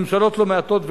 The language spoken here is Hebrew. ממשלות לא מעטות,